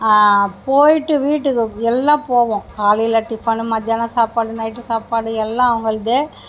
போய்ட்டு வீட்டுக்கு எல்லாம் போவோம் காலையில் டிஃபனு மதியானம் சாப்பாடு நைட்டு சாப்பாடு எல்லாம் அவங்கள்து